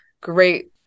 Great